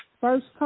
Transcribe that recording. First